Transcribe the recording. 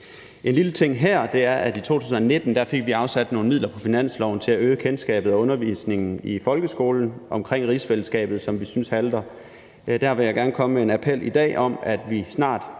En lille ting her er, at vi i 2019 fik afsat nogle midler på finansloven til i folkeskolen at øge kendskabet til og undervisningen om rigsfællesskabet, som vi synes halter. Der vil jeg i dag gerne komme med en appel om, at vi snart